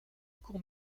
court